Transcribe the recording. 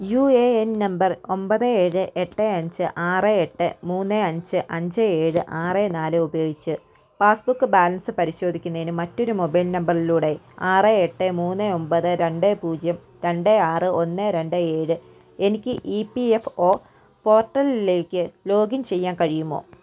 U A N number ഒമ്പത് ഏഴ് എട്ട് അഞ്ച് ആറ് എട്ട് മൂന്ന് അഞ്ച് അഞ്ച് ഏഴ് ആറ് നാല് ഉപയോഗിച്ച് പാസ്ബുക്ക് ബാലൻസ് പരിശോധിക്കുന്നതിന് മറ്റൊരു മൊബൈൽ നമ്പറിലൂടെ ആറ് എട്ട് മൂന്ന് ഒമ്പത് രണ്ട് പൂജ്യം രണ്ട് ആറ് ഒന്ന് രണ്ട് ഏഴ് എനിക്ക് ഇ പി എഫ് ഒ പോർട്ടലിലേക്ക് ലോഗിൻ ചെയ്യാൻ കഴിയുമോ